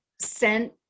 sent